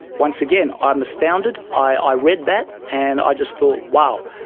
once again, i'm astounded, i read that and i just thought, wow.